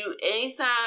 Anytime